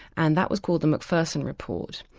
and that was called the macpherson report,